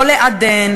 לא לעדן,